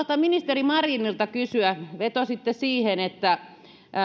ministeri marinilta kysyä vetositte siihen että